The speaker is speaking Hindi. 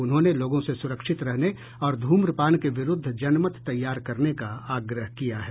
उन्होंने लोगों से सुरक्षित रहने और ध्रम्पान के विरूद्ध जनमत तैयार करने का आग्रह किया है